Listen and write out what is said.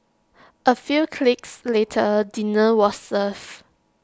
A few clicks later dinner was served